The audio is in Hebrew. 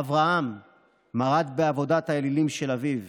אברהם מרד בעבודת האלילים של אביו,